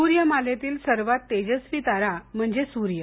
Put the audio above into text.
सूर्यमालेतील सर्वात तेजस्वी तारा म्हणजे सूर्य